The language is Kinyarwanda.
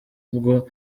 ubwo